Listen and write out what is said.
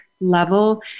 level